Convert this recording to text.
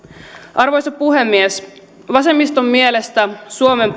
arvoisa puhemies vasemmiston mielestä suomen